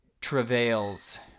travails